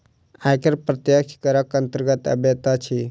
आयकर प्रत्यक्ष करक अन्तर्गत अबैत अछि